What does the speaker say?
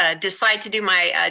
ah decide to do my